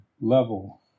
level